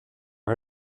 her